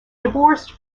divorced